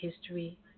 History